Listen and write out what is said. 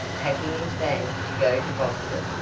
packing his bag to go to boston.